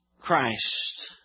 Christ